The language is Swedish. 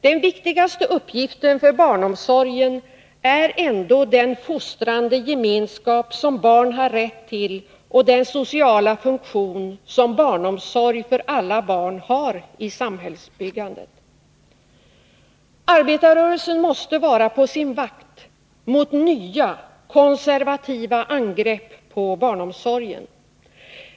Den viktigaste uppgiften för barnomsorgen är ändå den fostrande gemenskap som barn har rätt till och den sociala funktion som barnomsorg för alla barn har i samhällsbyggandet. Arbetarrörelsen måste vara på sin vakt mot nya konservativa angrepp på barnomsorgen.